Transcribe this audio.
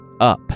up